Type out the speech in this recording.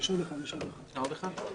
נימקתי אותן קודם בעל-פה.